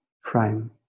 frame